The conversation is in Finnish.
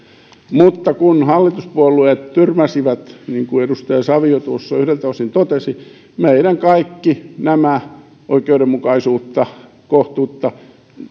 mutta kun hallituspuolueet tyrmäsivät niin kuin edustaja savio tuossa yhdeltä osin totesi meidän kaikki nämä oikeudenmukaisuutta kohtuutta